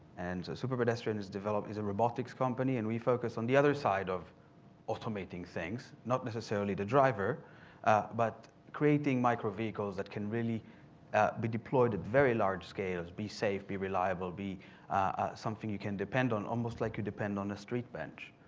and superpedestrian has developed is a robotics company. and we focus on the other side of automating things, not necessarily the driver but creating micro vehicles that can really be deployed at very large scales be safe, be reliable be something you can depend on almost like you depend on the street bench.